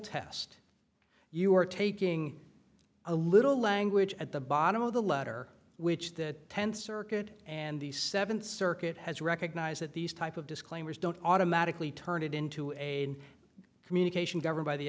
test you're taking a little language at the bottom of the letter which that tenth circuit and the seventh circuit has recognized that these type of disclaimers don't automatically turn it into a communication governed by the